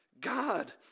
god